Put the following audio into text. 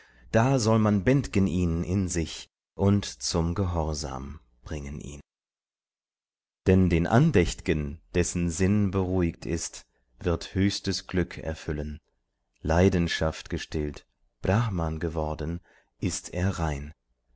da soll man bänd'gen ihn in sich und zum gehorsam bringen ihn denn den andächt'gen dessen sinn beruhigt ist wird höchstes glück erfüllen leidenschaftgestillt brahman geworden ist er rein